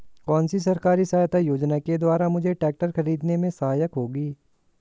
कौनसी सरकारी सहायता योजना के द्वारा मुझे ट्रैक्टर खरीदने में सहायक होगी?